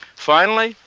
finally,